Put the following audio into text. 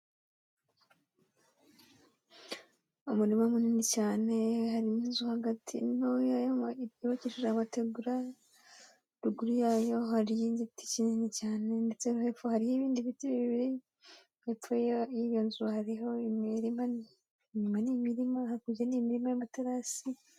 Umurima munini cyane, harimo inzu hagati ntoya yubakijije amategura, ruguru yayo hariyo igiti kinini cyane, ndetse no hepfo hari n'ibindi biti bibiri, hepfo y'iyo nzu hariho imirima, inyuma ni imirima, hakurya n'imirima y'amaterasi.